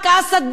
"אסד",